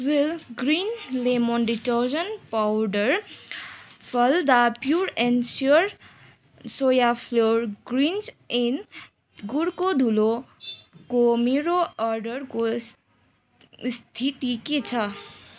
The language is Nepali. wheel green lemon detergent powder Phalada pure and sure soya flour ग्रिन्च इन गुँडको धुलोको मेरो अर्डरको स्थिति के छ